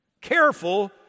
Careful